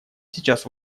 сейчас